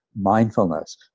mindfulness